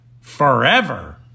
forever